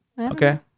Okay